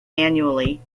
annually